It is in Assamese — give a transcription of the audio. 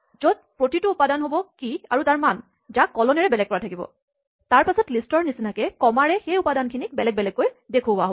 য'ত প্ৰতিটো উপাদান হ'ব কীচাবি আৰু তাৰ মান যাক ক'লনেৰে বেলেগ কৰা থাকিব তাৰপাছত লিষ্টৰ নিচিনাকে ক'মাৰে সেই উপাদানখিনিক বেলেগ বেলেগকে দেখুৱা যাব